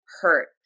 hurt